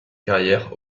carrière